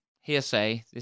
hearsay